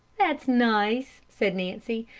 that's nice, said nancy.